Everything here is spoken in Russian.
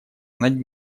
над